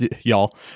y'all